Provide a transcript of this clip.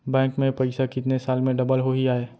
Bank में पइसा कितने साल में डबल होही आय?